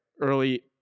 Early